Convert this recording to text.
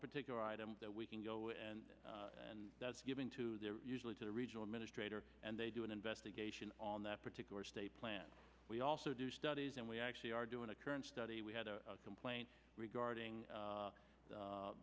a particular item that we can go and and that's given to the usually to a regional administrator and they do an investigation on that particular state plant we also do studies and we actually are doing a current study we had a complaint regarding